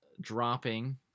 dropping